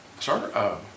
Sir